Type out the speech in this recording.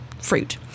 fruit